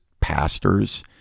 pastors